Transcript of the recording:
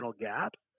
gaps